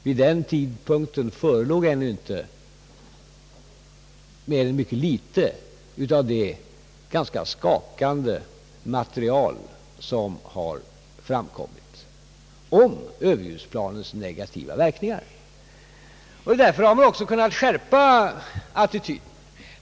Vid den tidpunkten förelåg nämligen ännu inte mer än mycket litet av det ganska skakande material som har framkommit om överljudsplanens nega tiva verkningar. Därför har vi också kunnat skärpa attityden.